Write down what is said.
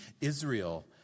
Israel